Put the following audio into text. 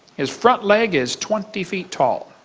his front leg is twenty feet tall.